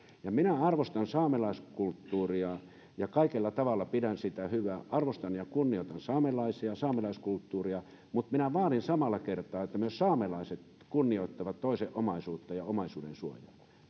minä arvostan saamelaiskulttuuria ja kaikella tavalla pidän sitä hyvänä arvostan ja kunnioitan saamelaisia ja saamelaiskulttuuria mutta vaadin samalla kertaa että myös saamelaiset kunnioittavat toisen omaisuutta ja omaisuudensuojaa